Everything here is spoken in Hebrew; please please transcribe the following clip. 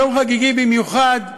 יום חגיגי במיוחד,